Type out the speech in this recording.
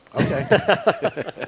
Okay